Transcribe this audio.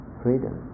freedom